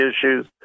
issues